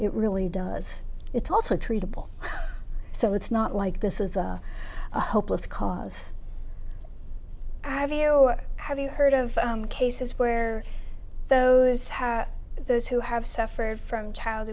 it really does it's also treatable so it's not like this is a hopeless cause i have you have you heard of cases where those how those who have suffered from child